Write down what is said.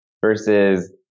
versus